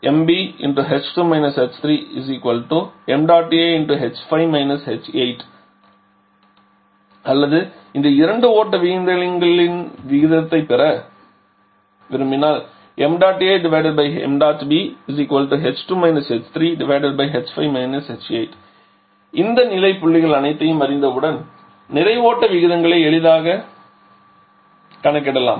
mBh2 h3mAh5 h8 அல்லது இந்த இரண்டு ஓட்ட விகிதங்களின் விகிதத்தைப் பெற விரும்பினால் இந்த நிலை புள்ளிகள் அனைத்தையும் அறிந்தவுடன் நிறை ஓட்ட விகிதங்களை எளிதாக கணக்கிடலாம்